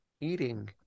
eating